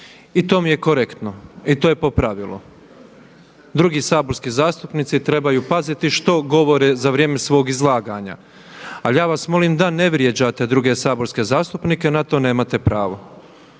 i to mi je korektno i to je po pravilu. Drugi saborski zastupnici trebaju paziti što govore za vrijeme svog izlaganja, ali ja vas molim da ne vrijeđate druge saborske zastupnike, na to nemate pravo.